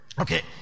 Okay